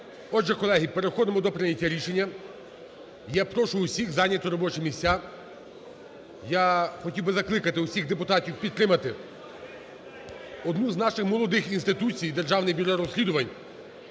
Отже, колеги, переходимо до прийняття рішення. Я прошу всіх зайняти робочі місця. Я хотів би закликати всіх депутатів підтримати одну з наших молодих інституцій – Державне бюро розслідувань,